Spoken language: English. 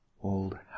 old